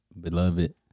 Beloved